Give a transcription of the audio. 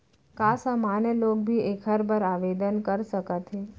का सामान्य लोग भी एखर बर आवदेन कर सकत हे?